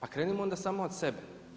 A krenimo onda samo od sebe.